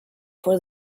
for